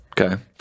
Okay